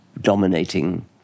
dominating